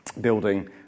building